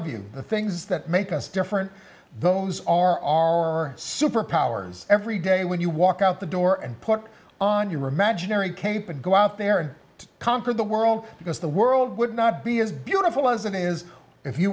you the things that make us different those are our superpowers every day when you walk out the door put on your imaginary cape and go out there and conquer the world because the world would not be as beautiful as it is if you